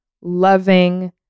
loving